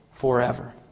forever